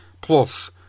Plus